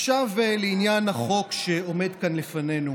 עכשיו לעניין החוק שעומד כאן לפנינו.